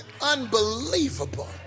unbelievable